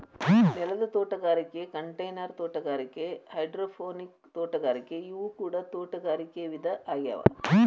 ನೆಲದ ತೋಟಗಾರಿಕೆ ಕಂಟೈನರ್ ತೋಟಗಾರಿಕೆ ಹೈಡ್ರೋಪೋನಿಕ್ ತೋಟಗಾರಿಕೆ ಇವು ಕೂಡ ತೋಟಗಾರಿಕೆ ವಿಧ ಆಗ್ಯಾವ